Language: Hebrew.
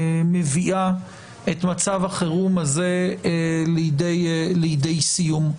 מביאה את מצב החירום הזה לידי סיום.